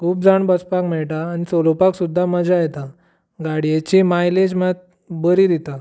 खूब जाण बसपाक मेळटा आनी चलोवपाक सुद्दां मजा येता गाडयेची मायलेज मात बरी दिता